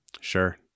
Sure